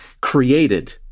Created